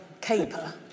caper